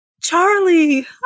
Charlie